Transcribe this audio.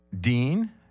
Dean